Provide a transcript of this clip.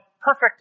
perfect